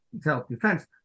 self-defense